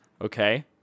okay